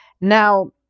Now